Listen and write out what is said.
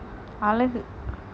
அழகு:alagu